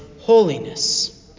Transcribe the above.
holiness